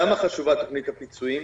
למה חשובה תוכנית הפיצויים?